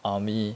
army